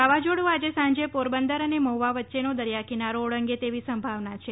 વાવાઝોડું આજે સાંજે પોરબંદર અને મઠ્વા વચ્ચેનો દરિયા કિનારો ઓળંગે તેવી સંભાવના છે